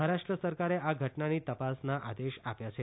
મહારાષ્ટ્ર સરકારે આ ઘટનાની તપાસના આદેશ આપ્યા છે